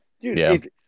dude